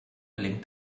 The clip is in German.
lenkt